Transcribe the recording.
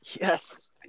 Yes